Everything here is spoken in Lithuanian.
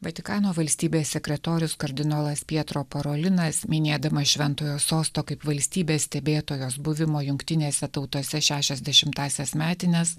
vatikano valstybės sekretorius kardinolas pietro parolinas minėdama šventojo sosto kaip valstybės stebėtojos buvimo jungtinėse tautose šešiasdešimtąsias metines